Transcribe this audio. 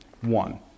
One